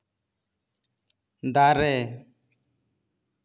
ᱫᱟᱨᱮ